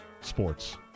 sports